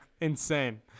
insane